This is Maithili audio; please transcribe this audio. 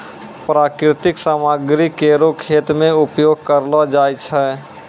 प्राकृतिक सामग्री केरो खेत मे उपयोग करलो जाय छै